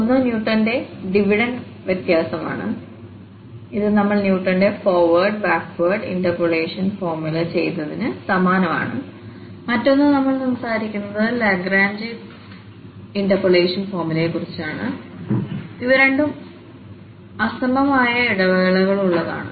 ഒന്ന് ന്യൂട്ടന്റെ ഡിവിഡഡ് വ്യത്യാസമാണ് ഇത് നമ്മൾ ന്യൂട്ടന്റെ ഫോർവേഡ്ബാക്ക്വേഡ്ഇന്റർപോളേഷൻ ഫോർമുലformulaകൾ ചെയ്തതിന് സമാനമാണ് മറ്റൊന്ന് നമ്മൾ സംസാരിക്കുന്നത് ലാഗ്രാഞ്ച് ഇന്റർപോളേഷൻ ഫോർമുലയെക്കുറിച്ചാണ് ഇവ രണ്ടും അസമമായ ഇടവേളകളുള്ളതാണ്